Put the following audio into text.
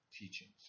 teachings